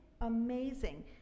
Amazing